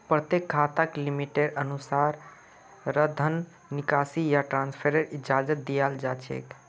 प्रत्येक खाताक लिमिटेर अनुसा र धन निकासी या ट्रान्स्फरेर इजाजत दीयाल जा छेक